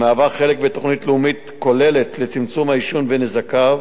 המהווה חלק מתוכנית לאומית כוללת לצמצום העישון ונזקיו,